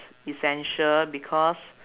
essential because